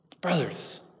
Brothers